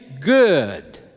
good